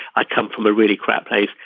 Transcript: i come from a really crap place.